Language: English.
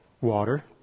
water